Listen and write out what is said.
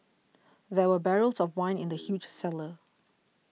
there were barrels of wine in the huge cellar